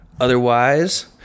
Otherwise